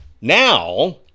now